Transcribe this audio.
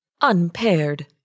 Unpaired